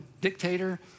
dictator